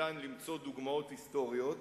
שניתן למצוא דוגמאות היסטוריות.